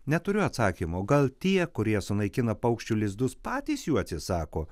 neturiu atsakymo gal tie kurie sunaikina paukščių lizdus patys jų atsisako